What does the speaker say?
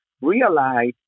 realize